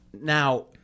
Now